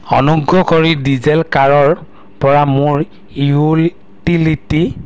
অনুগ্ৰহ কৰি ডিজিলকাৰৰপৰা মোৰ ইউটিলিটি